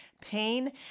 pain